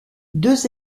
deux